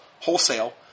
wholesale